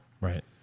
Right